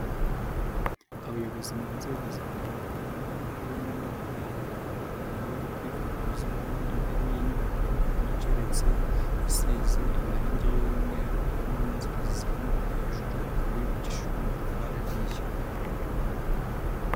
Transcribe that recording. Abayobozi mu nzego zitandukanye barimo n'abaganga, bakaba bari kwifotoza bari imbere y'inyubako igeretse yasize amarangi y'umweru, harimo n'inzira zizamuka hejuru, ikaba yubakishijwe amatafari ahiye.